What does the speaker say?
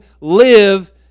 live